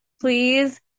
please